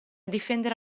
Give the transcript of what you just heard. difendere